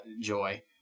joy